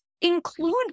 include